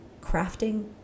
crafting